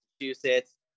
Massachusetts